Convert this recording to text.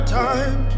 time